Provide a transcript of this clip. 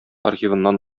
архивыннан